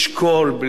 מה, באמת?